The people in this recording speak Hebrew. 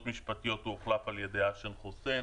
משפטיות הוא הוחלף על ידי האשם חוסיין